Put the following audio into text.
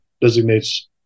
designates